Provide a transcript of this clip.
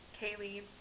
Kaylee